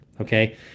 okay